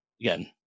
Again